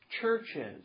churches